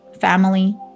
family